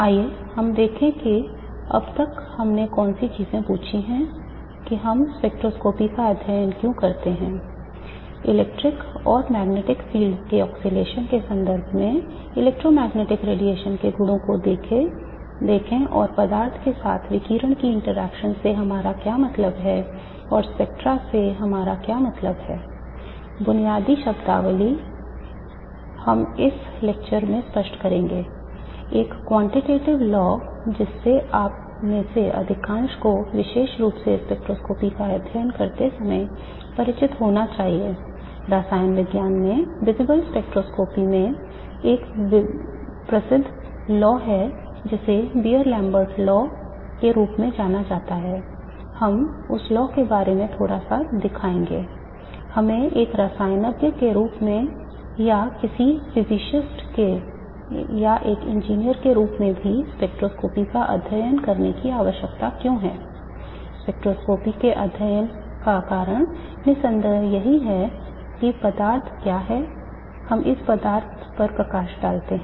आइए देखें कि अब तक हमने कौन सी चीजें पूछी हैं कि हम स्पेक्ट्रोस्कोपी का अध्ययन क्यों करते हैं